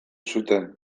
zuten